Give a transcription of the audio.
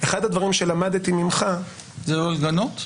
אחד הדברים שלמדתי ממך -- זה לא לגנות?